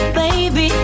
baby